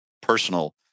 personal